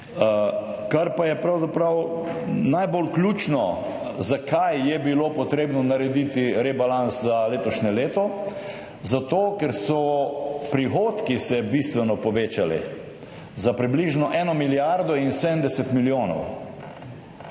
Kar pa je pravzaprav najbolj ključno – zakaj je bilo potrebno narediti rebalans za letošnje leto? Zato ker so se prihodki bistveno povečali, za približno 1 milijardo in 70 milijonov.